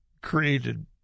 created